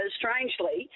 strangely